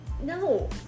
No